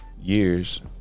years